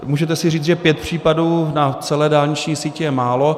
Můžete si říct, že pět případů na celé dálniční síti je málo.